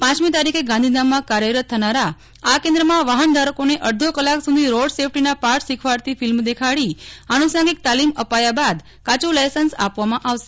પમી તારીખે ગાંધીધામમાં કાર્યરત થનારા આ કેન્દ્રમાં વાહનધારકોને અડધો કલાક સુધી રોડ સેફટીના પાઠ શિખવાડતી ફિલ્મ દેખાડી આનુસાંગીક તાલીમ આપયા બાદ કાચું લાયસન્સ આપવામાં આવશે